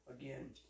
again